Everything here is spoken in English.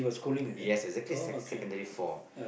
yes exactly sec secondary four